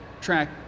track